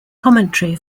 commentary